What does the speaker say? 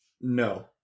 No